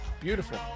Beautiful